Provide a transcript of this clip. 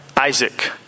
Isaac